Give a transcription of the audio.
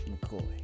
McCoy